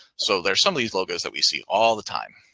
so there's some of these logos that we see all the time.